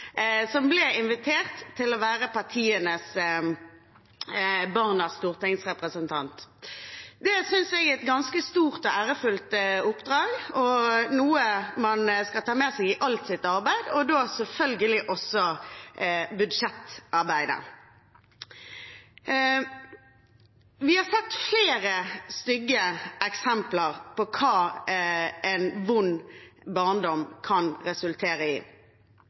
som ble invitert til å være partienes «Barnas stortingsrepresentant». Det synes jeg er et ganske stort og ærefullt oppdrag, og noe man skal ta med seg i alt sitt arbeid, og da selvfølgelig også i budsjettarbeidet. Vi har sett flere stygge eksempler på hva en vond barndom kan resultere i.